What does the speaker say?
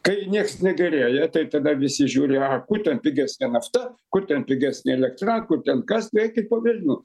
kai nieks negerėja tai tada visi žiūri a ku ten pigesnė nafta kur ten pigesnė elektra kur ten kas tai eikit po velnių